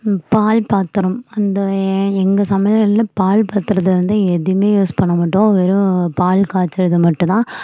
பால்பாத்திரம் அந்த எ எங்கள் சமையல்ல பால்பாத்திரத்தை வந்து எதுவுமே யூஸ் பண்ண மாட்டோம் வெறும் பால் காய்ச்சிறது மட்டுந்தான்